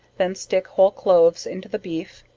then stick whole cloves into the beef,